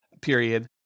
period